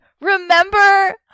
Remember